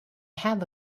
have